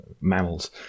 mammals